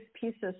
pieces